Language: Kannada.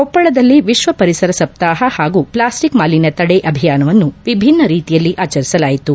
ಕೊಪ್ಪಳದಲ್ಲಿ ವಿತ್ವ ಪರಿಸರ ಸಪ್ತಾಪ ಹಾಗೂ ಪ್ಲಾಸ್ಟಿಕ್ ಮಾಲಿನ್ದ ತಡೆ ಅಭಿಯಾನವನ್ನು ವಿಭಿನ್ನ ರೀತಿಯಲ್ಲಿ ಆಚರಿಸಲಾಯಿತು